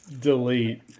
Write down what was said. Delete